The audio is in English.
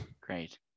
Great